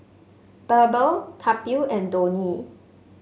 BirbaL Kapil and Dhoni